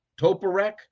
Toporek